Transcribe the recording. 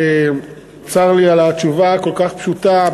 צר לי על התשובה הכל-כך פשוטה.